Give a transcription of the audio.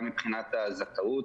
גם מבחינת הזכאות,